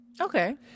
Okay